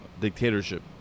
dictatorship